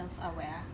self-aware